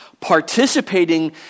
participating